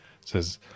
says